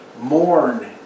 Mourn